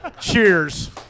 Cheers